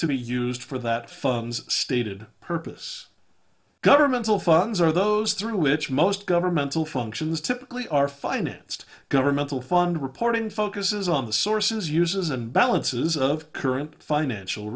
to be used for that funds stated purpose governmental funds are those through which most governmental functions typically are financed governmental fund reporting focuses on the sources uses and balances of current financial